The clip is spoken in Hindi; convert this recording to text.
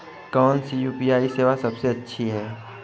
कौन सी यू.पी.आई सेवा सबसे अच्छी है?